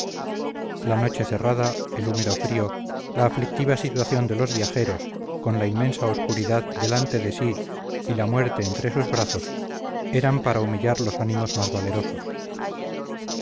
la noche cerrada el húmedo frío la aflictiva situación de los viajeros con la inmensidad obscura delante de sí y la muerte entre sus brazos eran para humillar los ánimos más valerosos